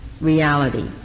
reality